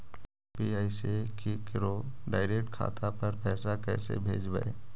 UPI से केकरो direct खाता पर पैसा कैसे भेजबै?